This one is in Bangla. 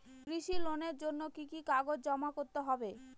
কৃষি লোনের জন্য কি কি কাগজ জমা করতে হবে?